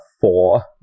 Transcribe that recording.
four